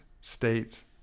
states